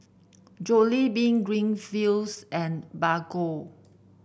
Jollibean Greenfields and Bargo